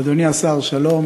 אדוני השר, שלום.